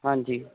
ਹਾਂਜੀ